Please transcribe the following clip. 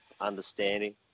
understanding